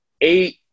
eight